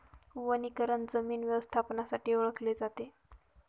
वनीकरण जमीन व्यवस्थापनासाठी ओळखले जाते